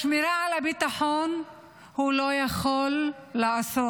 השמירה על הביטחון, הוא לא יכול לעשות.